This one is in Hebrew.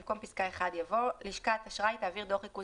במקום פסקה (1) יבוא: "(1) "לשכת אשראי תעביר דוח ריכוז